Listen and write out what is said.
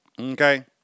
okay